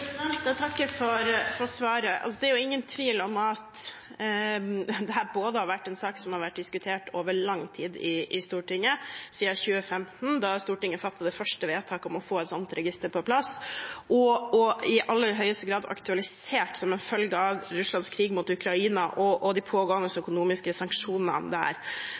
Jeg takker for svaret. Det er ingen tvil om at dette er en sak som har vært diskutert over lang tid i Stortinget, siden 2015, da Stortinget fattet det første vedtaket om å få et sånt register på plass, og det er i aller høyeste grad aktualisert som en følge av Russlands krig mot Ukraina og de pågående økonomiske sanksjonene.